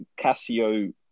Casio